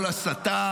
-- כל הסתה.